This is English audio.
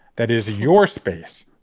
that is your space